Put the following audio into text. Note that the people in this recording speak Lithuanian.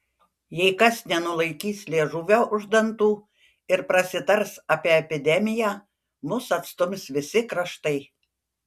jei kas nenulaikys liežuvio už dantų ir prasitars apie epidemiją mus atstums visi kraštai